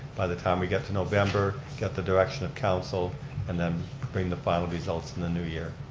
by the time we get to november, get the direction of council and then bring the final results in the new year.